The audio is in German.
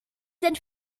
sind